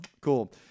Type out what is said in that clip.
Cool